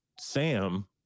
Sam